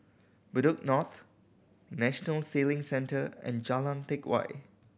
Bedok North National Sailing Centre and Jalan Teck Whye